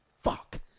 fuck